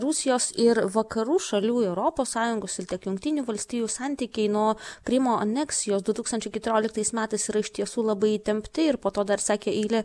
rusijos ir vakarų šalių europos sąjungos ir tiek jungtinių valstijų santykiai nuo krymo aneksijos du tūkstančiai keturioltais metais yra iš tiesų labai įtempti ir po to dar sakė eilė